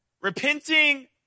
repenting